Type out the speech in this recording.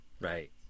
Right